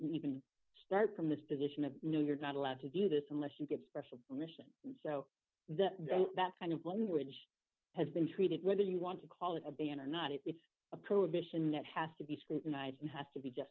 can even start from this position of no you're not allowed to do this unless you get special permission and so the so that kind of language has been treated whether you want to call it a ban or not it's a probation that has to be scrutinized and has to